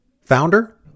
founder